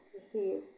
receive